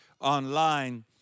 online